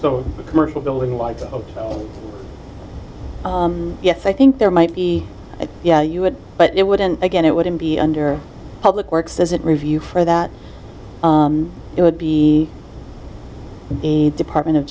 a commercial building like yes i think there might be yeah you would but it wouldn't again it wouldn't be under public works as it review for that it would be a department of